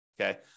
Okay